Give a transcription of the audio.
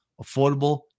affordable